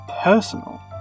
personal